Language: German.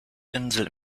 insel